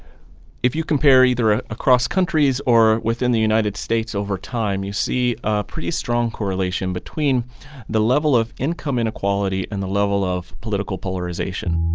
if you compare either ah across countries or within the united states over time, you see a pretty strong correlation between the level of income inequality and the level of political polarization